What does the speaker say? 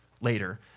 later